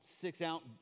six-ounce